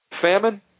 famine